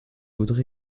voudrais